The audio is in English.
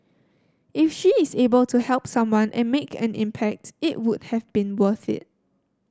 if she is able to help someone and make an impact it would have been worth it